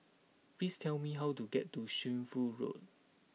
please tell me how to get to Shunfu Road